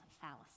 fallacy